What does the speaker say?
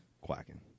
quacking